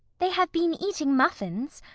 they have been eating muffins.